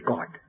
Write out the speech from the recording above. God